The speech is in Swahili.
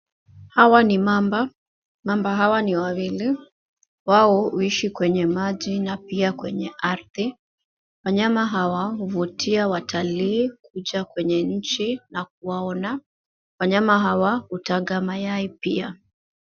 Hawa ni mamba. Mamba hawa ni wawili. Wao huishi kwenye maji na pia kwenye ardhi. Wanyama hawa huvutia watalii kuja kwenye nchi na kuwaona. Wanyama hawa hutaga mayai pia.